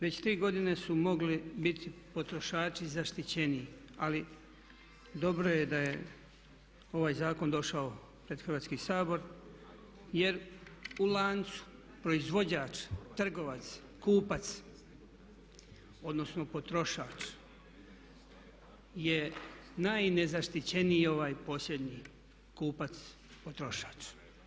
Već tri godine su mogli biti potrošači zaštićeniji ali dobro je da je ovaj zakon došao pred Hrvatski sabor jer u lancu proizvođač-trgovac-kupac odnosno potrošač, je najnezaštićeniji je ovaj posljednji kupac-potrošač.